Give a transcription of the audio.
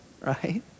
right